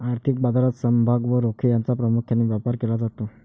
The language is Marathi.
आर्थिक बाजारात समभाग व रोखे यांचा प्रामुख्याने व्यापार केला जातो